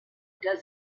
does